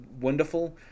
wonderful